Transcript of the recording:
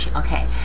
okay